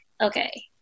okay